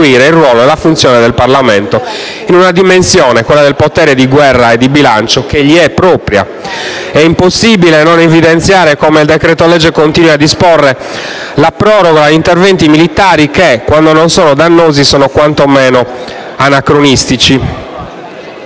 il decreto-legge continui a disporre la proroga d'interventi militari che, quando non sono dannosi, sono quanto meno anacronistici.